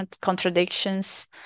contradictions